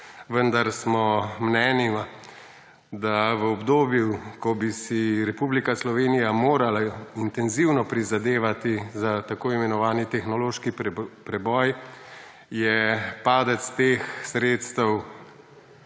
vendar smo mnenja, da v obdobju, ko bi si Republika Slovenija morala intenzivno prizadevati za tako imenovani tehnološki preboj, je padec teh sredstev